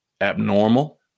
abnormal